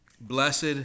Blessed